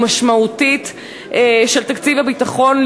לתקציב הביטחון,